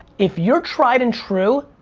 if you're tried and true,